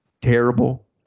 terrible